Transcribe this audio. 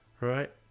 Right